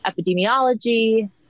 epidemiology